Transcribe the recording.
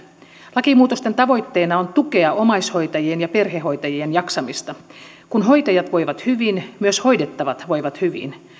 lakimuutosten tavoitteena on tukea omaishoitajien ja perhehoitajien jaksamista kun hoitajat voivat hyvin myös hoidettavat voivat hyvin